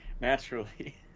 Naturally